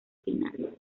final